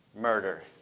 murder